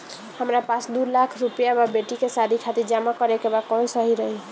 हमरा पास दू लाख रुपया बा बेटी के शादी खातिर जमा करे के बा कवन सही रही?